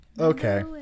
Okay